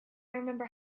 remember